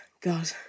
God